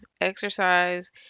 exercise